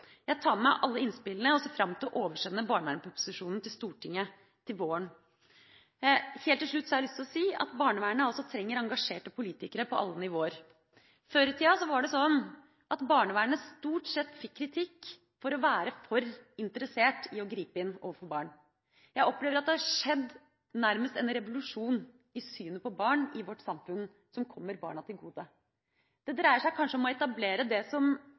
Jeg tar med meg alle innspillene og ser fram til å oversende barnevernproposisjonen til Stortinget til våren. Helt til slutt har jeg lyst til å si at barnevernet altså trenger engasjerte politikere på alle nivåer. Før i tida var det sånn at barnevernet stort sett fikk kritikk for å være for interessert i å gripe inn overfor barn. Jeg opplever at det har skjedd nærmest en revolusjon i synet på barn i vårt samfunn, som kommer barna til gode. Det dreier seg kanskje om å etablere det som